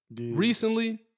recently